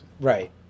Right